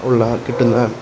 ഉള്ള കിട്ടുന്ന